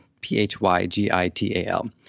P-H-Y-G-I-T-A-L